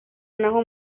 naho